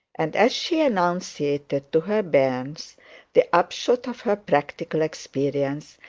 and as she enunciated to her bairns the upshot of her practical experience,